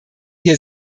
hier